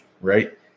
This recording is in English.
right